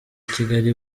kigali